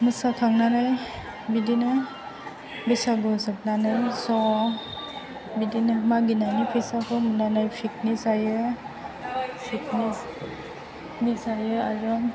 मोसाखांनानै बिदिनो बैसागु जोबनानै ज' बिदिनो मागिनानै फैसाखौ मोननानै पिकनिक जायो पिकनिक जायो आरो